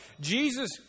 Jesus